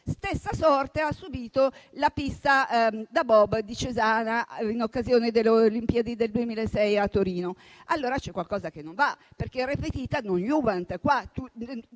Stessa sorte ha subito la pista da bob di Cesana, in occasione delle Olimpiadi del 2006 a Torino. Allora c'è qualcosa che non va, perché *repetita non iuvant*.